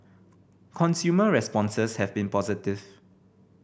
consumer responses have been positive